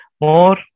more